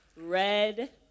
red